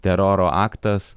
teroro aktas